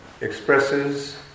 expresses